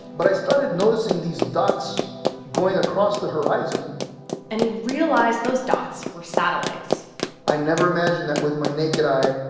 but i started noticing these dots going across the horizon and he realized those dots were satellites i never imagined that, with my naked eye,